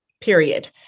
period